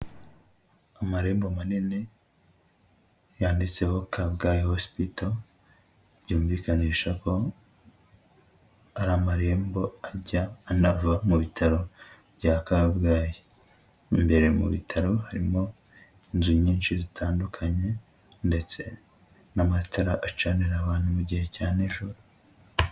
Amarembo manini yanditseho kabgayi hosipito byumvikanisha ko ari amarembo ajya anava mu bitaro bya kabgayi, mo imbere mu bitaro harimo inzu nyinshi zitandukanye ndetse n'amatara acanira abantu mu gihe cya nijoro.